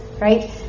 right